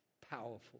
Powerful